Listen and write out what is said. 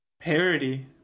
Parody